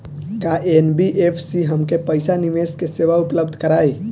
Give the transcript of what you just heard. का एन.बी.एफ.सी हमके पईसा निवेश के सेवा उपलब्ध कराई?